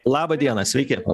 laba diena sveiki